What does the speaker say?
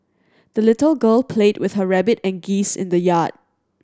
the little girl played with her rabbit and geese in the yard